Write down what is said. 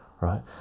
right